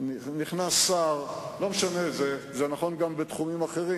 לא נתחיל לספור את הזמן אלא כאשר אתה תתייצב על בימת הנואמים.